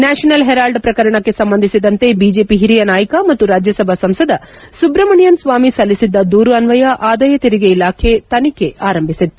national Herald ಪ್ರಕರಣಕ್ಕೆ ಸಂಬಂಧಿಸಿದಂತೆ BJP ಹಿರಿಯ ನಾಯಕ ಮತ್ತು ರಾಜ್ಲಸಭಾ ಸಂಸದ ಸುಬ್ರಮಣಿಯನ್ ಸ್ವಾಮಿ ಸಲ್ಲಿಸಿದ್ದ ದೂರು ಅನ್ವಯ ಆದಾಯ ತೆರಿಗೆ ಇಲಾಖೆ ತನಿಖೆ ಆರಂಭಿಸಿತ್ತು